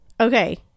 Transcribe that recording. okay